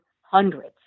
hundreds